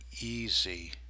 easy